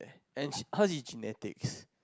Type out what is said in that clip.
and hers is genetics